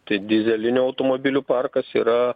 tai dyzelinių automobilių parkas yra